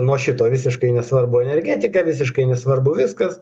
nuo šito visiškai nesvarbu energetika visiškai nesvarbu viskas